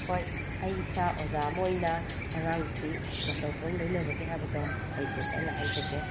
ꯍꯣꯏ ꯑꯩ ꯏꯁꯥ ꯑꯣꯖꯥ ꯑꯃ ꯑꯣꯏꯅ ꯑꯉꯥꯡꯁꯤ ꯃꯇꯧ ꯀꯔꯝꯅ ꯂꯣꯏꯅꯕꯒꯦ ꯍꯥꯏꯕꯗꯣ ꯑꯩ ꯇꯦꯟꯇꯛꯅ ꯍꯥꯏꯖꯒꯦ